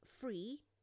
free